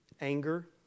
anger